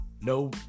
no